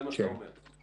זה מה שאתה אומר לי.